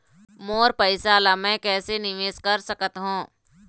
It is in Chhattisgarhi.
मोर पैसा ला मैं कैसे कैसे निवेश कर सकत हो?